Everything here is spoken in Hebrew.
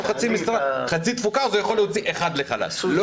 אחד לחל"ת כי הוא עובד בחצי תפוקה,